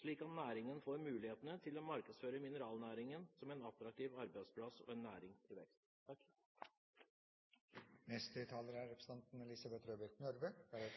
slik at næringen får muligheten til å markedsføre mineralnæringen som en attraktiv arbeidsplass og en næring i vekst. Høyres fiskeripolitikk har vært gjenstand for debatt